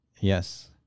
yes